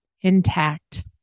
intact